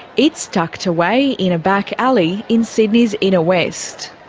it's tucked away in a back alley in sydney's inner west.